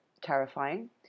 terrifying